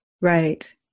Right